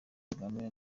kagame